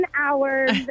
hours